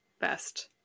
best